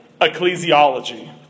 ecclesiology